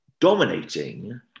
dominating